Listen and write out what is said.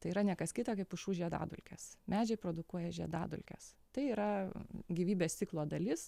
tai yra ne kas kita kaip pušų žiedadulkės medžiai produkuoja žiedadulkes tai yra gyvybės ciklo dalis